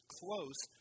close